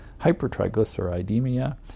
hypertriglyceridemia